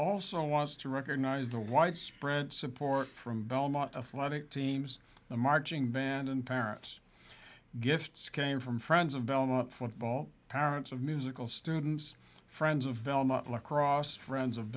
also was to recognize the widespread support from belmont of logic teams the marching band and parents gifts came from friends of belmont football parents of musical students friends of velma lacrosse friends